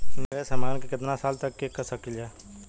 निवेश हमहन के कितना साल तक के सकीलाजा?